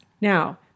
Now